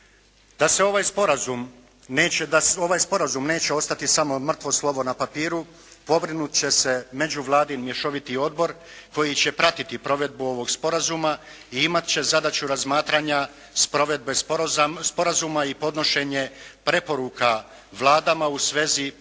Da ovaj sporazum neće ostati samo mrtvo slovo na papiru pobrinut će se međuvladin mješoviti odbor koji će pratiti provedbu ovog sporazuma i imati će zadaću razmatranja provedbe sporazuma i podnošenje preporuka vladama u svezi provedbe